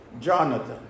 Jonathan